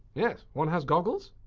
yes, one has goggles.